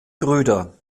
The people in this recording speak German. brüder